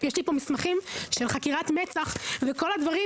יש לי פה מסמכים של חקירת מצ"ח ואת כל הדברים,